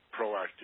proactive